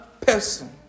person